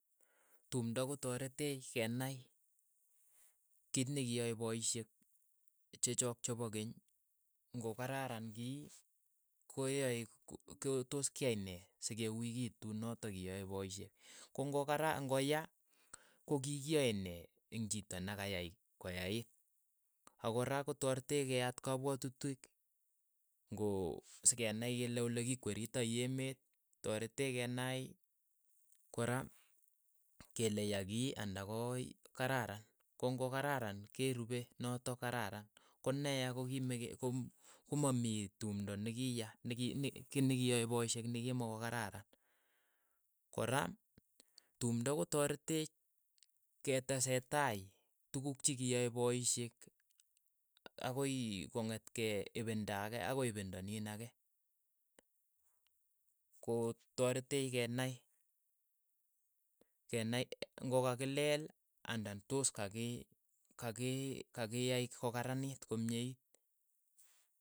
Tumndo ko taretech kenai kiit ne kiyae paishek che chook chepo keny, ng'o kararan kii koyae ko- ko toos kiyae nee sikeuikiitu noto kiyae paisheek, ko ng'o kara ng'o yaa, ko kikiane eng' chiito na kayai ko yait, a ko kora, ko tareteech koyaat kapwatuutik ng'o sikenai kele ole ki kweritoi emeet, ta reteech kenai kora kele ya kii anda koi kararan, ko ng'o kararan ke rupe notok kararan, ko neya, ko ki me ke. ko- ko mamii tumndo ne kii yaa, ne ki ne kii nikiyae poisheek ne ki mo ko kararan, kora tumndo ko taretech ketesetai tukuuk che kiyae paisheek akoi kong'et kei ipinda ake akoi ipinda niin ake, ko toretech kenai kenai ng'o ka kileel anan tos kaki kaki kakiyai ko karaniit ko myeit.